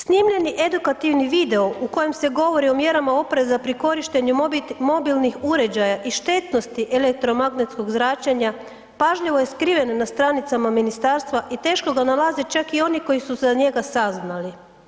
Snimljeni edukativni video u kojem se govori o mjerama opreza pri korištenju mobilnih uređaja i štetnosti elektromagnetskog zračenja, pažljivo je skriven na stranicama ministarstva i teško ga nalaze čak i oni koji su za njega saznali.